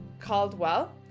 Caldwell